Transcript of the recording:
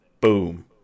boom